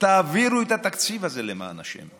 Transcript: תעבירו את התקציב הזה, למען השם.